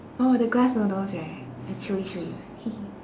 oh the glass noodles right the chewy chewy one